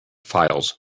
files